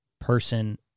person